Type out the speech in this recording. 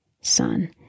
son